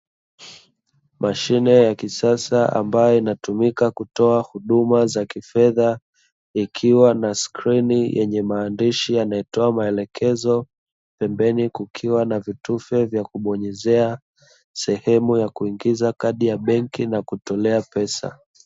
Mashine ya kisasa ambayo inatumika kutoa huduma za kifedha ikiwa na skrini inayotoa maelekezo, pembeni kukiwa na vitufe vya kubonyezea, sehwmu ya kuingiza kadi ya benki na kutolea pesa.